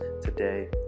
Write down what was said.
today